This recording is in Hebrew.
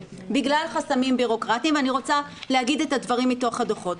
בגלל חסמים בירוקרטיים ואני רוצה להגיד את הדברים מתוך הדו"חות.